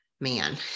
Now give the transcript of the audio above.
man